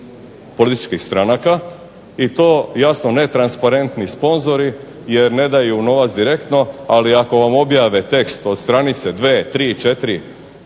političkih stranaka i to jasno netransparentni sponzori jer ne daju novac direktno, ali ako vam objave tekst od stranice,